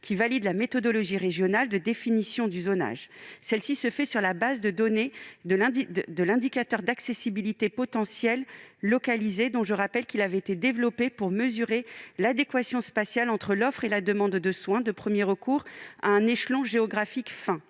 qui valide la méthodologie régionale de définition du zonage. Celle-ci se fait sur la base des données de l'indicateur d'accessibilité potentielle localisée (APL), dont je rappelle qu'il avait été développé pour mesurer l'adéquation spatiale entre l'offre et la demande de soins de premier recours à un échelon géographique fin.